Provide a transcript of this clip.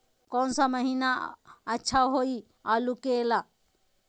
कौन सा महीना अच्छा होइ आलू के ला?